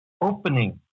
opening